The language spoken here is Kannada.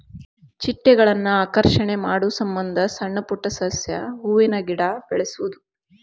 ಚಿಟ್ಟೆಗಳನ್ನ ಆಕರ್ಷಣೆ ಮಾಡುಸಮಂದ ಸಣ್ಣ ಪುಟ್ಟ ಸಸ್ಯ, ಹೂವಿನ ಗಿಡಾ ಬೆಳಸುದು